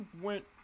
went